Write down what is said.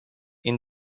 این